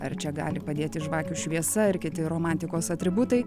ar čia gali padėti žvakių šviesa ar kiti romantikos atributai